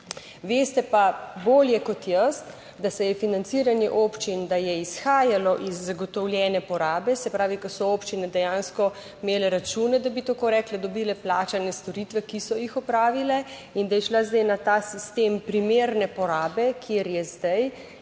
veste pa bolje kot jaz, da se je financiranje občin, da je izhajalo iz zagotovljene porabe, se pravi, ko so občine dejansko imele račune, da bi, tako rekla, dobile plačane storitve, ki so jih opravile, in da je šla zdaj na ta sistem primerne porabe, kjer je zdaj